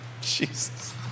Jesus